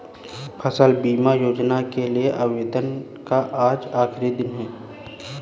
फसल बीमा योजना के लिए आवेदन का आज आखरी दिन है